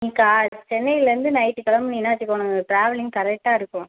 என்கா சென்னைலர்ந்து நைட்டு கிளம்புனீன்னா வச்சிக்கோனா ஒனக்கு ட்ராவலிங் கரெக்டாக இருக்கும்